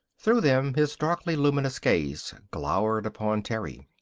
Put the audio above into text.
through them his darkly luminous gaze glowed upon terry.